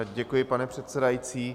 Děkuji, pane předsedající.